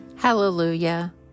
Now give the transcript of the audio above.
Hallelujah